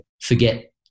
forget